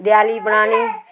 देआली बनानी